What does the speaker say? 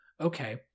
okay